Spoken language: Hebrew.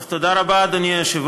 טוב, תודה רבה, אדוני היושב-ראש,